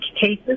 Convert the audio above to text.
cases